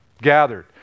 gathered